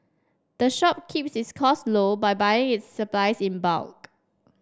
the shop keeps its costs low by buying its supplies in bulk